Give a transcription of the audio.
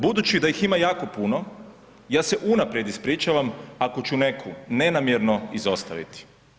Budući da ih ima jako puno ja se unaprijed ispričavam ako ću neku nenamjerno izostaviti.